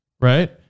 right